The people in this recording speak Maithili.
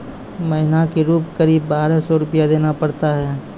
महीना के रूप क़रीब बारह सौ रु देना पड़ता है?